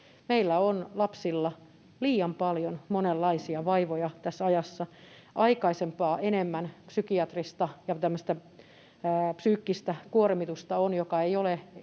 Meillä on lapsilla liian paljon monenlaisia vaivoja tässä ajassa. On aikaisempaa enemmän psykiatrista ja psyykkistä kuormitusta, joka ei ole